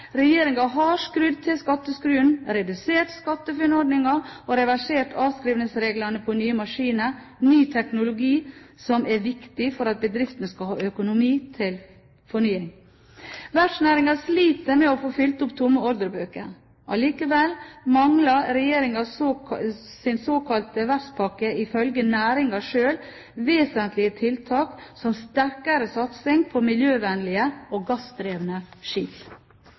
har skrudd til skatteskruen, redusert SkatteFUNN-ordningen og reversert avskrivningsreglene på nye maskiner, ny teknologi som er viktig for at bedriftene skal ha økonomi til fornying. Verftsnæringen sliter med å få fylt opp tomme ordrebøker. Allikevel mangler regjeringens såkalte verftspakke, ifølge næringen sjøl, og vesentlige tiltak som sterkere satsing på miljøvennlige og gassdrevne skip.